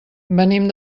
venim